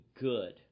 good